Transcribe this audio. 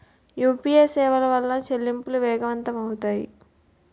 UPA సేవల వలన చెల్లింపులు వేగవంతం అవుతాయి